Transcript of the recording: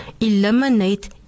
Eliminate